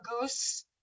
goose